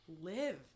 live